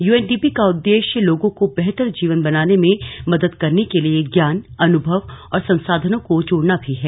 UNDP का उद्देश्य लोगों को बेहतर जीवन बनाने में मदद करने के लिए ज्ञान अनुभव और संसाधनों को जोड़ना भी है